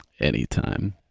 anytime